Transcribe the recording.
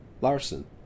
Larson